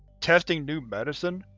testing new medicine,